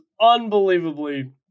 unbelievably